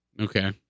Okay